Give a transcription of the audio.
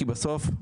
כי בסוף,